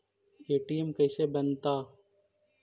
ATM कैसे बनता?